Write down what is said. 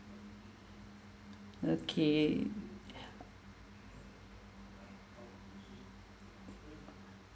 okay